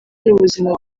n’ubuzima